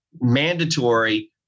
mandatory